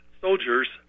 soldiers